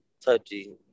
touchy